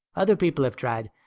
other people have tried.